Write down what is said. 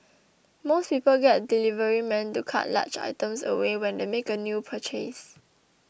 most people get deliverymen to cart large items away when they make a new purchase